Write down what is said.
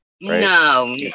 no